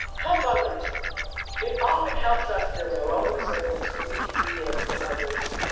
help others it often helps us build our own resilience when we can be there for others.